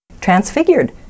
transfigured